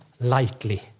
lightly